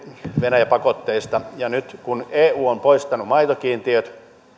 venäjä pakotteista ja nyt kun eu on poistanut maitokiintiöt